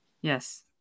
yes